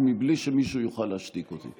ובלי שמישהו יוכל להשתיק אותי.